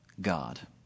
God